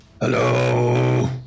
Hello